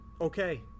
Okay